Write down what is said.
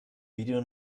video